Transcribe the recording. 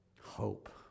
Hope